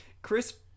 Chris